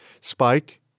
Spike